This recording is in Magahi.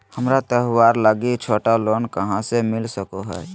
हमरा त्योहार लागि छोटा लोन कहाँ से मिल सको हइ?